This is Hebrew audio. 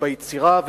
וביצירה,